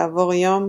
כעבור יום,